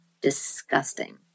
disgusting